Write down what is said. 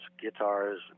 guitars